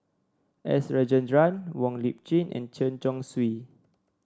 S Rajendran Wong Lip Chin and Chen Chong Swee